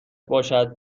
باشد